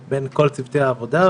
בוקר טוב לכולם,